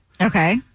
Okay